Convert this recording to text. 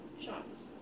shots